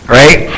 right